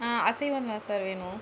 அசைவம் தான் சார் வேணும்